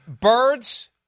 Birds